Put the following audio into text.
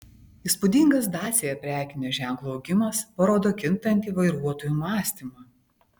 įspūdingas dacia prekinio ženklo augimas parodo kintantį vairuotojų mąstymą